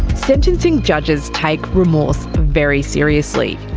sentencing judges take remorse very seriously.